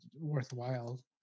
worthwhile